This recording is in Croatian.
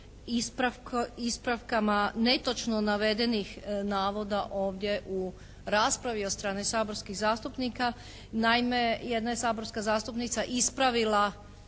ispravkama netočno navedenih navoda ovdje u raspravi od strane saborskih zastupnika. Naime, jedna je saborska zastupnica ispravila